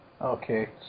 Okay